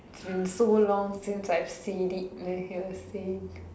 it's been so long since I said it and I hear say